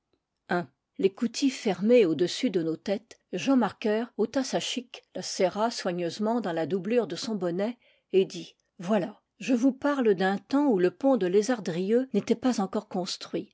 l'écoutille fermée au-dessus de nos têtes jean marker ôta sa chique la serra soigneusemen dans la doublure de son bonnet et dit voilà je vous parle d'un temps où le pont de lézardrieux n'était pas encore construit